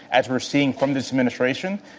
as we're seeing from this administration,